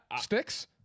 Sticks